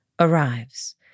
arrives